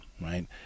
right